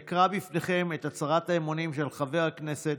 אקרא בפניכן את הצהרת האמונים של חבר הכנסת,